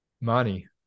money